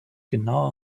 genauer